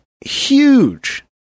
huge